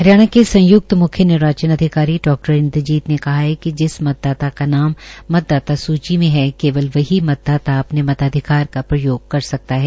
हरियाणा के संयुक्त म्ख्य निर्वाचन अधिकारी डॉ इन्द्र जीत ने कहा कि जिस मतदाता का नाम मतदाता सूची में है केवल वही मतदाता अपने मताधिकार का प्रयोग कर सकता है